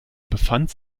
befand